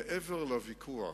מעבר לוויכוח,